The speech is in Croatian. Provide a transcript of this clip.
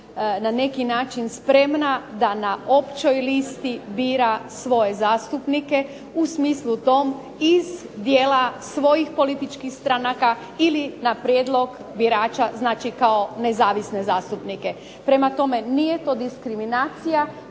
na neki način spremna da na općoj listi bira svoje zastupnike, u smislu tom iz dijela svojih političkih stranaka ili na prijedlog birača znači kao nezavisne zastupnike. Prema tome nije to diskriminacija,